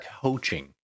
coaching